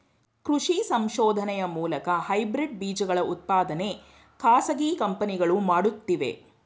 ಕೃಷಿ ಸಂಶೋಧನೆಯ ಮೂಲಕ ಹೈಬ್ರಿಡ್ ಬೀಜಗಳ ಉತ್ಪಾದನೆ ಖಾಸಗಿ ಕಂಪನಿಗಳು ಮಾಡುತ್ತಿವೆ